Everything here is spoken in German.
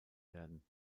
werden